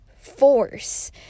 force